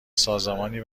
سازمانی